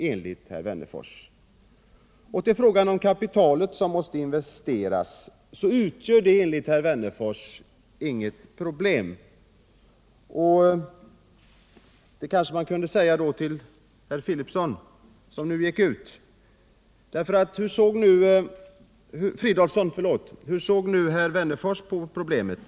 Att få fram det kapital som måste investeras utgör enligt herr Wennerfors inget problem. Det kanske herr Fridolfsson bör observera. Hur såg herr Wennerfors på problemet?